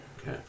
Okay